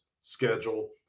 schedule